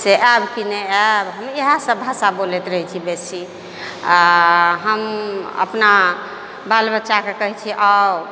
से आएब कि नहि आएब हम इएह सबभाषा बोलैत रहै छी बेसी आओर हम अपना बाल बच्चाके कहै छिए आउ